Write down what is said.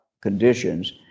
conditions